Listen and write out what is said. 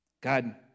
God